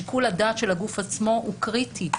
שיקול הדעת של הגוף עצמו הוא קריטי.